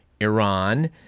Iran